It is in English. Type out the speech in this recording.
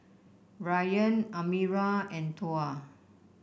Ryan Amirah and Tuah